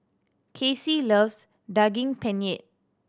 Kassie loves Daging Penyet